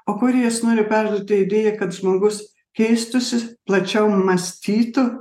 o kūrėjas nori perduoti idėją kad žmogus keistųsi plačiau mąstytų